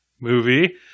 movie